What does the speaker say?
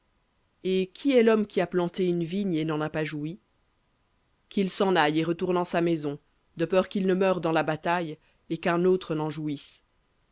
et qui est l'homme qui a planté une vigne et n'en a pas joui qu'il s'en aille et retourne en sa maison de peur qu'il ne meure dans la bataille et qu'un autre n'en jouisse